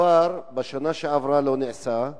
בשנה שעברה הדבר לא נעשה,